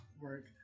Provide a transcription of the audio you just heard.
Work